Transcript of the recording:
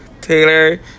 Taylor